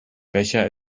becher